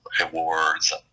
awards